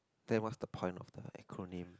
there was the point of the acronym